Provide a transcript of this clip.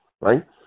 right